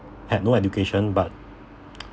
had no education but